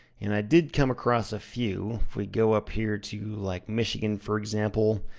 and i did come across a few. if we go up here to like michigan, for example,